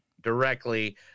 directly